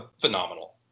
phenomenal